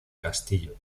castillo